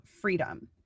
freedom